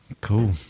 Cool